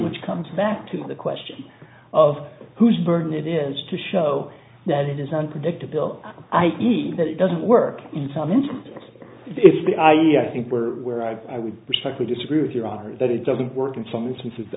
which comes back to the question of whose burden it is to show that it is unpredictability i see that it doesn't work in some instances it's the i think we're where i would respectfully disagree with your honor that it doesn't work in some instances